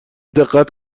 دقت